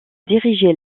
diriger